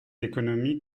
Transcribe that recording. économies